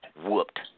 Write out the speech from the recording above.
whooped